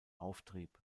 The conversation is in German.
auftrieb